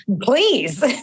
Please